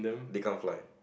they can't fly